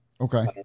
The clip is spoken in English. Okay